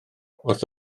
wrth